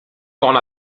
ona